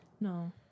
No